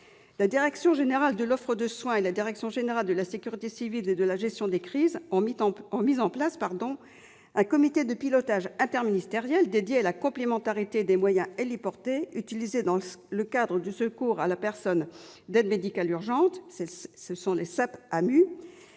La direction générale de l'offre de soins et la direction générale de la sécurité civile et de la gestion des crises ont mis en place un comité de pilotage interministériel dédié à la complémentarité des moyens héliportés utilisés dans le cadre du secours à personne et de l'aide médicale urgente, le SAP-AMU,